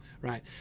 right